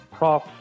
Prof